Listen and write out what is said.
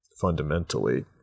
fundamentally